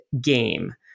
game